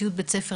ציוד בית ספר,